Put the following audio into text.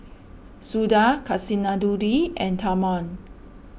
Suda Kasinadhuni and Tharman